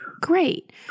Great